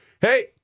hey